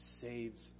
saves